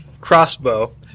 crossbow